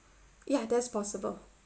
ya that's possible